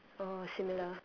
oh similar